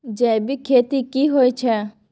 जैविक खेती की होए छै?